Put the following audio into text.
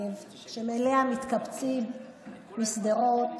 אותי מדאיג שאתם לא מפספסים רגע ללכלך על ישראל בעולם.